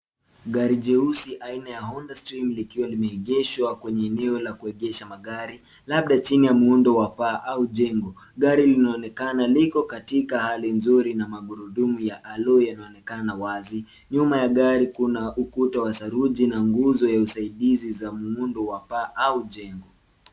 Gari jeusi aina ya Honda Stream likiwa limeegeshwa kwenye eneo la kuegesha magari, labda chini ya muundo wa paa au jengo. Gari hilo linaonekana liko katika hali nzuri na magurudumu ya Aloo yanaonekana wazi. Nyuma ya gari kuna ukuta wa saruji na nguzo za usaidizi na muundo wa paa au jengo.